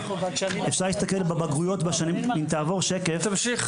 אפשר להסתכל בבגרויות משנת תש"פ